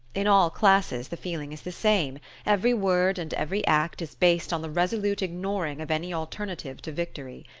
in all classes the feeling is the same every word and every act is based on the resolute ignoring of any alternative to victory.